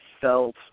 felt